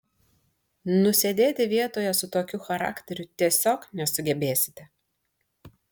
nusėdėti vietoje su tokiu charakteriu tiesiog nesugebėsite